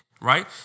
Right